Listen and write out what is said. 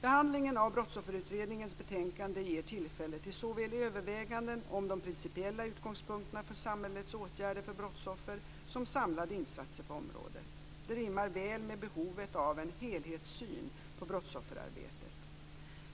Behandlingen av Brottsofferutredningens betänkande ger tillfälle till såväl överväganden om de principiella utgångspunkterna för samhällets åtgärder för brottsoffer som samlade insatser på området. Detta rimmar väl med behovet av en helhetssyn på brottsofferarbetet.